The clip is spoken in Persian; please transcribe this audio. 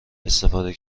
استفاده